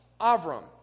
Avram